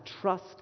trust